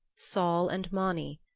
sol and mani,